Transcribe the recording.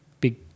big